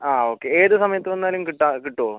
ആ ഓക്കെ ഏത് സമയത്ത് വന്നാലും കിട്ടുവോ കിട്ടുവോ